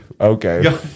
Okay